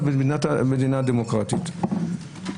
ושם במדינה דמוקרטית זה בסדר.